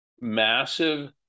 massive